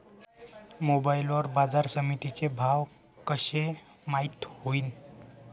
Mobile वर बाजारसमिती चे भाव कशे माईत होईन?